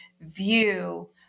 view